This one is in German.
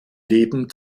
leben